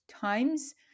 times